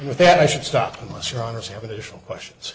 with that i should stop unless your honour's have additional questions